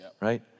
right